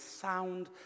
sound